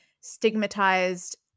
stigmatized